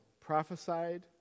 prophesied